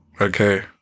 Okay